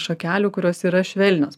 šakelių kurios yra švelnios